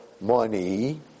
money